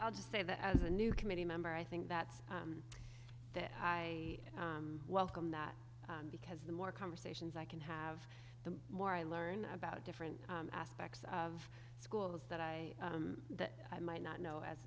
i'll just say that as a new committee member i think that's that i welcome that because the more conversations i can have the more i learn about different aspects of schools that i that i might not know as